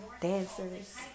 dancers